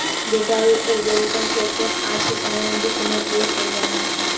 data अउरी algorithm के अध्ययन आज के समय में वित्त में उपयोग कईल जाला